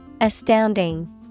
Astounding